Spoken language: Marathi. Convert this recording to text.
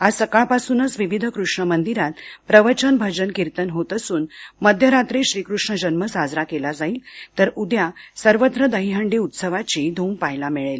आज सकाळपासूनच विविध कृष्ण मंदिरांत प्रवचन भजन कीर्तनं होत असून मध्यरात्री श्रीकृष्ण जन्म साजरा केला जाईल तर उद्या सर्वत्र दहीहंडी उत्सवाची ध्रम पाहायला मिळेल